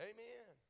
Amen